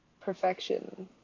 Perfection